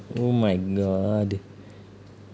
oh my god